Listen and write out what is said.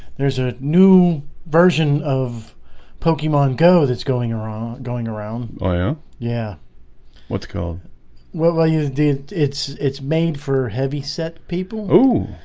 there's a new version of pokemon go that's going around going around oh yeah. yeah what's called what well you did it's it's made for heavyset, people, ooh,